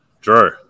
Drew